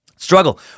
Struggle